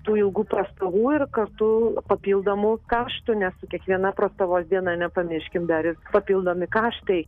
tų ilgų prastovų ir kartu papildomų kaštų nes kiekviena prastovos diena nepamirškim dar ir papildomi kaštai